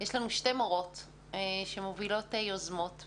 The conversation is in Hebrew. יש לנו שתי מורות שמובילות יוזמות,